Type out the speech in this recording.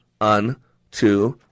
unto